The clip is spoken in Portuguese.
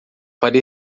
para